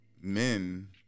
men